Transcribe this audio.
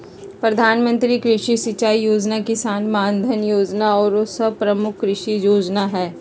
प्रधानमंत्री कृषि सिंचाई जोजना, किसान मानधन जोजना आउरो सभ प्रमुख कृषि जोजना हइ